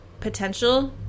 potential